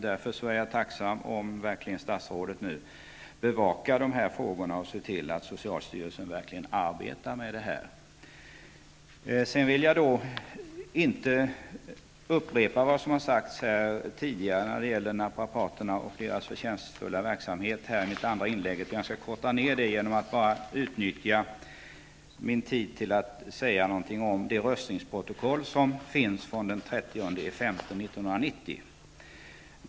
Därför är jag tacksam om statsrådet nu verkligen bevakar dessa frågor och ser till att socialstyrelsen arbetar med dem. Sedan vill jag i detta inlägg inte upprepa vad som har sagts här när det gäller naprapaterna och deras förtjänstfulla verksamhet. Jag skall korta ned det genom att bara utnyttja min tid till att säga något om det röstningsprotokoll som finns från den 30 maj 1990.